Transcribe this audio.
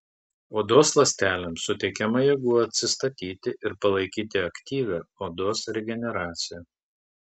odos ląstelėms suteikiama jėgų atsistatyti ir palaikyti aktyvią odos regeneraciją